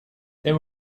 there